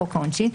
חוק העונשין),